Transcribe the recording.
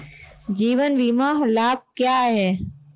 जीवन बीमा लाभ क्या हैं?